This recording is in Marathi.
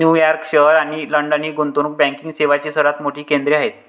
न्यूयॉर्क शहर आणि लंडन ही गुंतवणूक बँकिंग सेवांची सर्वात मोठी केंद्रे आहेत